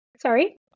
Sorry